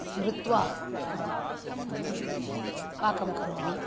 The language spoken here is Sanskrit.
स्मृत्वा अहं पाकं करोमि